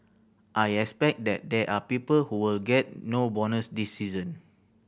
I expect that there are people who will get no bonus this season